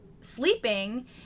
sleeping